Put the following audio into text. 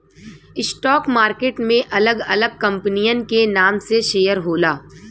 stock market में अलग अलग कंपनियन के नाम से शेयर होला